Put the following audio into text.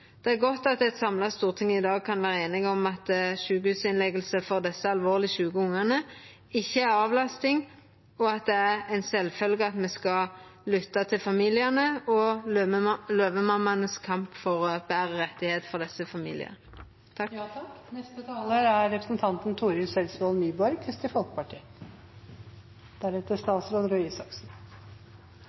Det er godt at eit samla storting i dag kan vera einige om at sjukehusinnlegging for desse alvorleg sjuke ungane ikkje er avlasting, og at det er ei sjølvfølgje at me skal lytta til familiane og Løvemammaenes kamp for betre rettar for desse familiane. Å oppleva at eins eige barn er